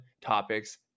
topics